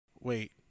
Wait